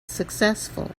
successful